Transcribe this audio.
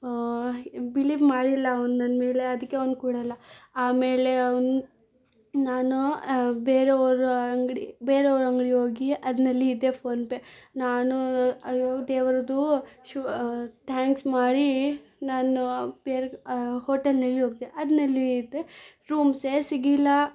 believe ಮಾಡಿಲ್ಲ ಅವ್ನು ನನ್ನ ಮೇಲೆ ಅದಕ್ಕೆ ಅವ್ನು ಕೊಡಲ್ಲ ಆಮೇಲೆ ಅವ್ನು ನಾನು ಬೇರೆಯವರ ಅಂಗಡಿ ಬೇರೆಯವರ ಅಂಗಡಿ ಹೋಗಿ ಅದ್ನಲ್ಲಿ ಇದೆ ಫೋನ್ಪೇ ನಾನು ಅಯ್ಯೋ ದೇವರದು ಶು ಥ್ಯಾಂಕ್ಸ್ ಮಾಡಿ ನಾನು ಬೇರೆ ಹೋಟೆಲ್ನಲ್ಲಿ ಹೋದೆ ಅದ್ನಲ್ಲಿದೆ ರೂಮ್ಸೇ ಸಿಗಲಿಲ್ಲ